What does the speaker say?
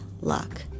luck